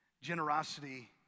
Generosity